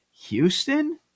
Houston